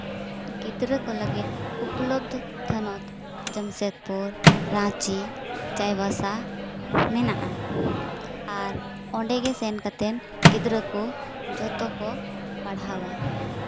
ᱜᱤᱫᱽᱨᱟᱹ ᱠᱚ ᱞᱟᱹᱜᱤᱫ ᱩᱯᱚᱞᱚᱵᱫᱷ ᱛᱷᱚᱱᱚᱛ ᱡᱟᱢᱥᱮᱫᱽᱯᱩᱨ ᱨᱟᱸᱪᱤ ᱪᱟᱭᱵᱟᱥᱟ ᱢᱮᱱᱟᱜᱼᱟ ᱟᱨ ᱚᱸᱰᱮᱜᱮ ᱥᱮᱱ ᱠᱟᱛᱮᱫ ᱜᱤᱫᱽᱨᱟᱹ ᱠᱚ ᱡᱚᱛᱚᱠᱚ ᱯᱟᱲᱦᱟᱣᱟ